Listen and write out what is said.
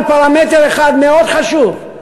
אבל פרמטר אחד מאוד חשוב,